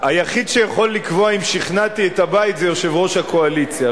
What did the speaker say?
היחיד שיכול לקבוע אם שכנעתי את הבית זה יושב-ראש הקואליציה,